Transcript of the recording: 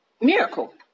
Miracle